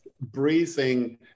breathing